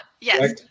Yes